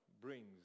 brings